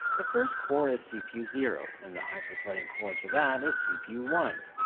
the first core is cpu zero and the hyper-threading core to that is cpu one.